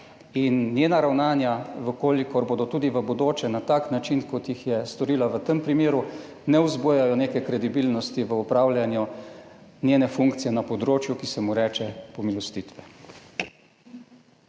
in njena ravnanja, v kolikor bodo tudi v bodoče na tak način kot jih je storila v tem primeru, ne vzbujajo neke kredibilnosti v opravljanju njene funkcije na področju, ki se mu reče pomilostitve.